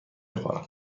خورم